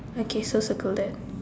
okay so circle that